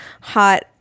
hot